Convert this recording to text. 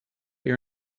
your